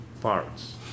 parts